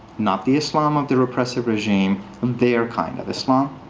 not the islam of the repressive regime, their kind of islam.